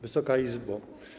Wysoka Izbo!